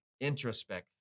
introspect